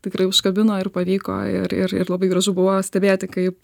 tikrai užkabino ir pavyko ir ir ir labai gražu buvo stebėti kaip